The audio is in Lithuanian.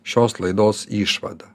šios laidos išvada